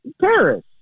Paris